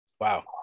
Wow